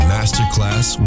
Masterclass